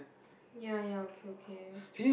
ya ya okay okay